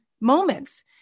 moments